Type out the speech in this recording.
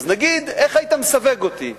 נגיד, איך היית מסווג אותי?